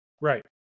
right